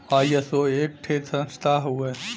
ISO एक ठे संस्था हउवे